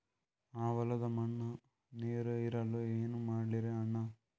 ಆ ಹೊಲದ ಮಣ್ಣ ನೀರ್ ಹೀರಲ್ತು, ಏನ ಮಾಡಲಿರಿ ಅಣ್ಣಾ?